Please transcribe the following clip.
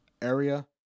area